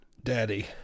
daddy